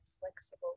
flexible